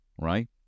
right